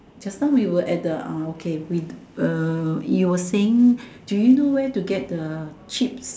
just now we were at the uh okay we uh you were saying do you know where to get the chips